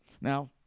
Now